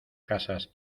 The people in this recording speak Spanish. casas